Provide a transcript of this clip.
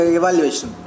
evaluation